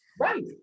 Right